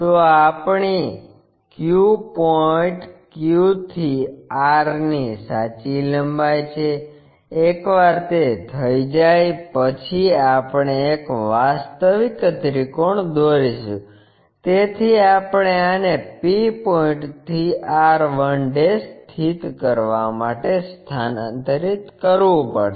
તો આ આપણી Q પોઇન્ટ Q થી r ની સાચી લંબાઈ છે એકવાર તે થઈ જાય પછી આપણે એક વાસ્તવિક ત્રિકોણ દોરીશું તેથી આપણે આને p પોઇન્ટ થી r 1 સ્થિત કરવા માટે સ્થાનાંતરિત કરવું પડશે